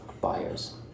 buyers